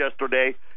yesterday